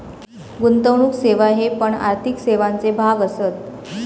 गुंतवणुक सेवा हे पण आर्थिक सेवांचे भाग असत